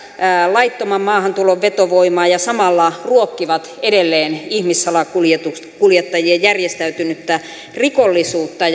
laittoman maahantulon vetovoimaa ja samalla ruokkivat edelleen ihmissalakuljettajien järjestäytynyttä rikollisuutta